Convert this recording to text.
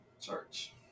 Church